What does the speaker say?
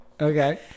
Okay